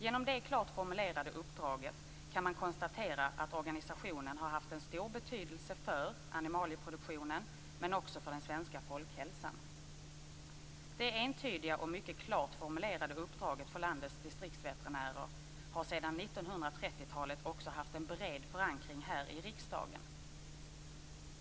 Genom det klart formulerade uppdraget kan man konstatera att organisationen har haft en stor betydelse för animalieproduktionen men också för den svenska folkhälsan. Det entydiga och mycket klart formulerade uppdraget för landets distriktsveterinärer har sedan 1930-talet också haft en bred förankring här i riksdagen.